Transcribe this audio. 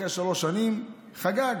אחרי שלוש שנים, חגג.